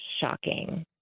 shocking